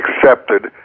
accepted